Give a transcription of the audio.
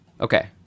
Okay